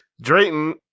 Drayton